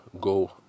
go